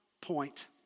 point